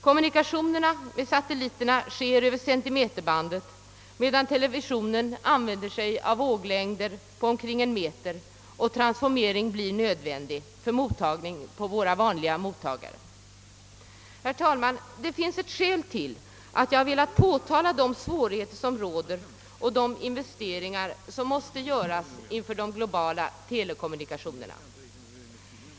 Kommunikationerna med satelliterna sker över centimeterbandet, medan televisionen använder sig av våglängder på omkring en meter, och transformering blir nödvändig för mottagning på våra vanliga mottagare. Herr talman! Det finns ett skäl till att jag har velat påtala de svårigheter som råder och de investeringar som måste göras inför de globala telekommunikationerna.